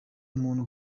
umuntu